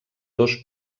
dos